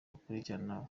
bakurikirana